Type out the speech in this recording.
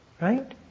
right